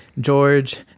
George